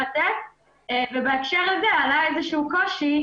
ובהקשר הזה עלה קושי.